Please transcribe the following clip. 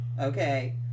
Okay